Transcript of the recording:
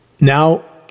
now